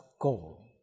goal